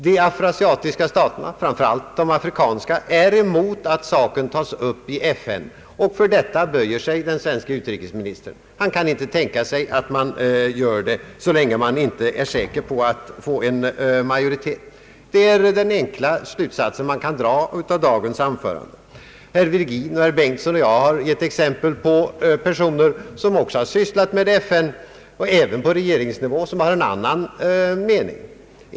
De afroasiatiska staterna, framför allt de afrikanska, är emot att konflikten tas upp i FN, och för denna ståndpunkt böjer sig den svenske utrikesministern. Han kan inte tänka sig att man tar upp problemet så länge man inte är säker på att få majoriteten med sig. Det är den enkla slutsats man kan dra av utrikesministerns anförande. Herr Virgin, herr Bengtson och jag har gett exempel på personer som också har sysslat med FN, även på regeringsuivå, och som har en annan mening.